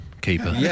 keeper